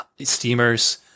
steamers